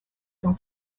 from